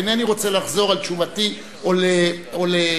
ואינני רוצה לחזור על תשובתי או לעשות